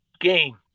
game